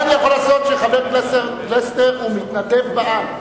שחבר הכנסת פלסנר הוא מתנדב בעם?